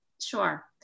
Sure